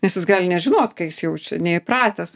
nes jis gali nežinot ką jis jaučia neįpratęs